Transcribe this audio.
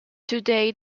today